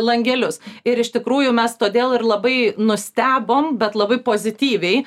langelius ir iš tikrųjų mes todėl ir labai nustebom bet labai pozityviai